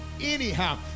anyhow